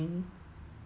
I think